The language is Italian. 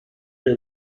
suoi